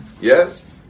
Yes